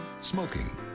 Smoking